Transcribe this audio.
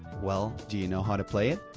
well, do you know how to play it?